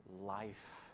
life